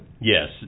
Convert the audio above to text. Yes